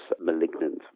malignant